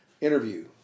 interview